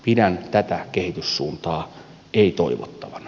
pidän tätä kehityssuuntaa ei toivottavana